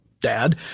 dad